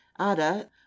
ada